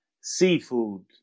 seafood